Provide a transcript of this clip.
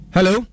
Hello